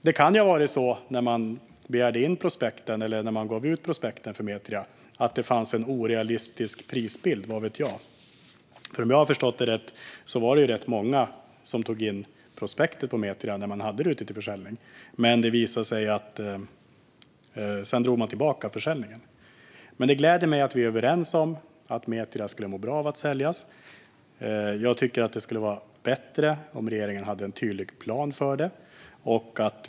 Det kan ha varit så att det fanns en orealistisk prisbild när man gav ut prospekten för Metria - vad vet jag. Om jag har förstått det rätt var det ganska många som tog in prospektet på Metria när bolaget var ute till försäljning, men sedan drog man tillbaka försäljningen. Det gläder mig att vi är överens om att Metria skulle må bra av att säljas. Men jag tycker att det skulle vara bättre om regeringen hade en tydlig plan för det.